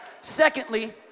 Secondly